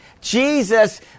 Jesus